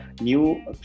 new